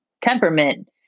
temperament